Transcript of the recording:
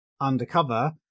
undercover